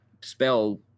spell